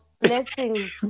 blessings